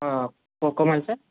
હં કોકો મળશે